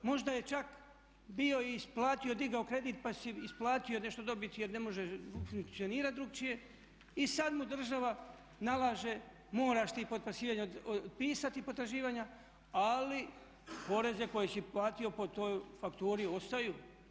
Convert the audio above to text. Možda je čak bio i isplatio, digao kredit pa si isplatio nešto dobiti jer ne može funkcionirati drukčije i sad mu država nalaže moraš ti otpisati potraživanja, ali poreze koje si platio po toj fakturi ostaju.